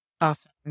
Awesome